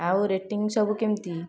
ଆଉ ରେଟିଙ୍ଗ୍ ସବୁ କେମତି